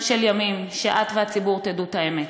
של ימים עד שאת והציבור תדעו את האמת,